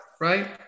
right